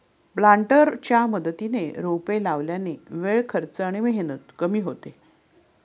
प्लांटरच्या मदतीने रोपे लावल्याने वेळ, खर्च आणि मेहनत कमी होते